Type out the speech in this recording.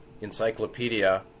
encyclopedia